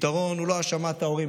הפתרון הוא לא האשמת ההורים.